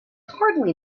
hardly